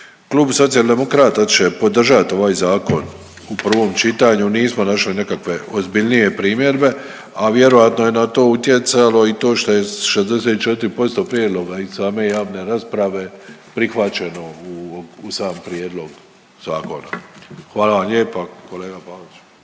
Klub socijaldemokrata će podržati ovaj Zakon u prvom čitanju, nismo našli nekakve ozbiljnije primjedbe, a vjerojatno je na to utjecalo i to što je 64% prijedloga iz same javne rasprave prihvaćeno u sam Prijedlog zakona. Hvala vam lijepa. Kolega Pavić.